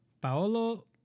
Paolo